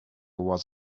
was